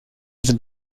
sind